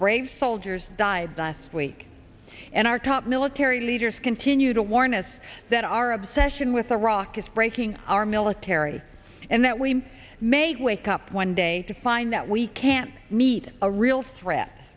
brave soldiers died last week and our top military leaders continue to warn us that our obsession with iraq is breaking our military and that we may wake up one day to find that we can meet a real threat